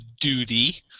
duty